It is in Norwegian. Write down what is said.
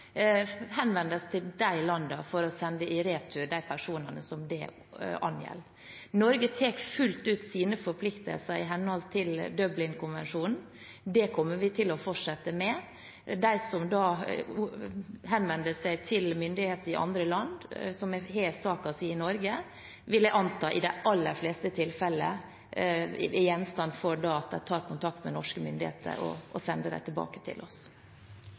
til de landene for å sende i retur de personene som det angjelder. Norge tar fullt ut sine forpliktelser i henhold til Dublinkonvensjonen. Det kommer vi til å fortsette med. Når det gjelder dem som henvender seg til myndigheter i andre land, og som har saken sin i Norge, vil jeg anta at det i de aller fleste tilfeller blir tatt kontakt med norske myndigheter, og at de blir sendt tilbake til oss.